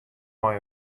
mei